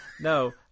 No